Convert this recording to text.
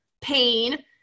pain